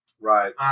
Right